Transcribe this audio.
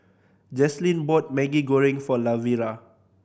Jaslyn bought Maggi Goreng for Lavera